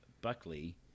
Buckley